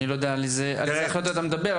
אני לא יודע על איזה החלטות אתה מדבר.